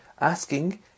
asking